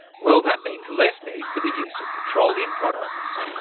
well, that means less need for the use of petroleum products.